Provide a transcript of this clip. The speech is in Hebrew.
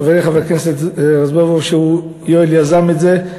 חברי חבר הכנסת יואל רזבוזוב, שהוא יזם את זה,